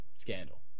scandal